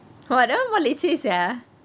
!wah! that one more leceh sia